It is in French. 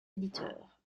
éditeurs